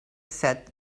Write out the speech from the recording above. said